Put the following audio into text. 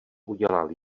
udělal